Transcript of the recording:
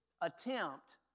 attempt